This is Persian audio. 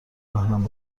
ذهنم